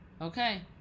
okay